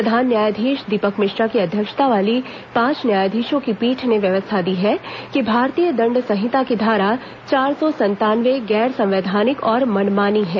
प्रधान न्यायाधीश दीपक मिश्रा की अध्यक्षता वाली पांच न्यायाधीशों की पीठ ने व्यवस्था दी है कि भारतीय दंड संहिता की धारा चार सौ संतानवे गैर संवैधानिक और मनमानी है